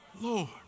Lord